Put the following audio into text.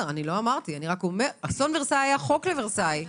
היה חוק לוורסאי.